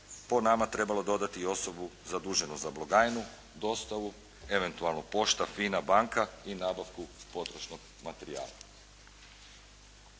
po nama trebalo dodati osobu zaduženu za blagajnu, dostavu ev. pošta, FINA, banka i nabavku potrošnog materijala.